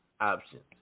options